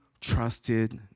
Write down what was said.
trusted